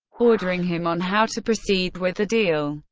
ordering him on how to proceed with the deal.